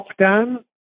lockdown